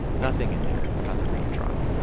nothing in there about the reeb trial